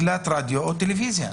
מקלט רדיו או טלוויזיה".